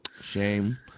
Shame